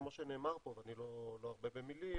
כמו שנאמר פה, ואני לא ארבה במילים,